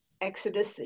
Exodus